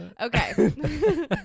Okay